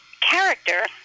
character